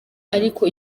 ariko